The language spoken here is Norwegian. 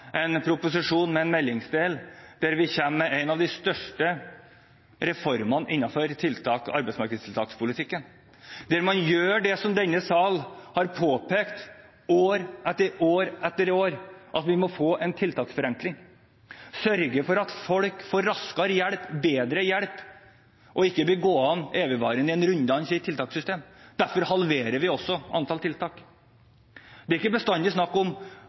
en proposisjon med en meldingsdel, der vi kommer med en av de største reformene innenfor arbeidsmarkedstiltakspolitikken, der man gjør det som denne sal har påpekt år etter år etter år – at vi må få en tiltaksforenkling, sørge for at folk får raskere hjelp, bedre hjelp, og ikke blir gående i en evigvarende runddans i et tiltakssystem. Derfor halverer vi også antall tiltak. Det er ikke bestandig